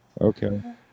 Okay